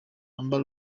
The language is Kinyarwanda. amber